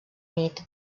nit